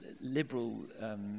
liberal